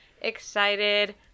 excited